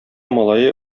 малае